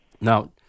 Now